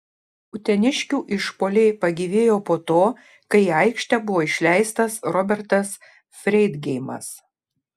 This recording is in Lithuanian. uteniškių išpuoliai pagyvėjo po to kai į aikštę buvo išleistas robertas freidgeimas